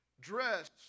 dress